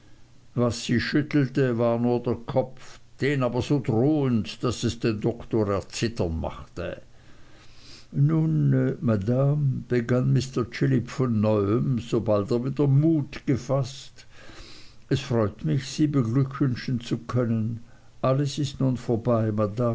was sie schüttelte war nur der kopf den aber so drohend daß es den doktor erzittern machte nun madame begann mr chillip von neuem sobald er wieder mut gefaßt es freut mich sie beglückwünschen zu können alles ist nun vorbei